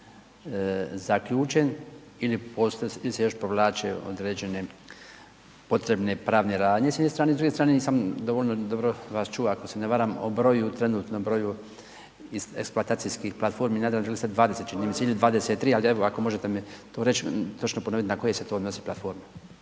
zaključen, ili se još povlače određene potrebne pravne radnje s jedne strane, a s druge strane nisam dovoljno dobro vas čuo ako se ne varam o broju trenutnom broju eksploatacijskih platformi na Jadranu. Rekli ste 20 čini mi se ili 23, ali ja bih molio ako možete mi to reći, točno ponoviti na koje se to odnosi platforme.